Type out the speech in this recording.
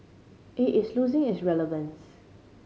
it is losing its relevance